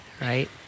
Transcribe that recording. right